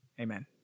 Amen